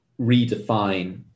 redefine